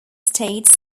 states